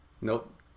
nope